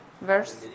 verse